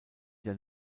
der